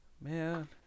man